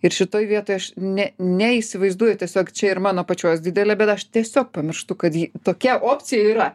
ir šitoj vietoj aš ne neįsivaizduoju tiesiog čia ir mano pačios didelė bėda aš tiesiog pamirštu kad ji tokia opcija yra